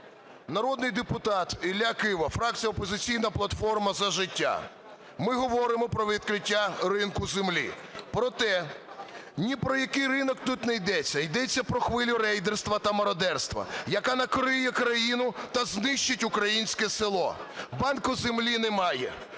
Народний депутат Ілля Кива, фракція "Опозиційна платформа - За життя". Ми говоримо про відкриття ринку землі. Проте, ні про який ринок тут не йдеться. Йдеться про хвилю рейдерства та мародерства, яка накриє країну та знищить українське село. Банку землі немає.